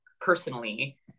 personally